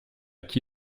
qui